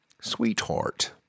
sweetheart